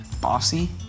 bossy